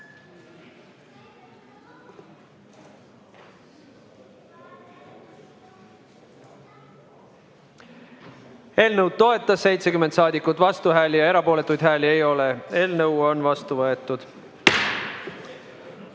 Eelnõu toetas 70 saadikut, vastuhääli ja erapooletuid ei ole. Eelnõu on vastu võetud.